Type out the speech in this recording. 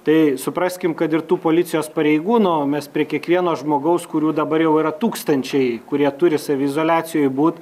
tai supraskim kad ir tų policijos pareigūnų mes prie kiekvieno žmogaus kurių dabar jau yra tūkstančiai kurie turi saviizoliacijoj būt